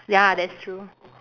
ya that's true